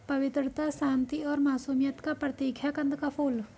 पवित्रता, शांति और मासूमियत का प्रतीक है कंद का फूल